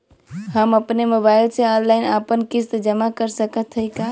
हम अपने मोबाइल से ऑनलाइन आपन किस्त जमा कर सकत हई का?